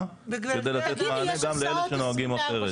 כדי לתת מענה גם לאלה שנוהגים אחרת.